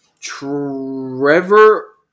Trevor